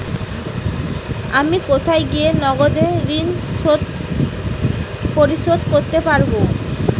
আমি কোথায় গিয়ে নগদে ঋন পরিশোধ করতে পারবো?